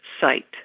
site